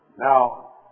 Now